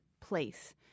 place